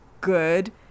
good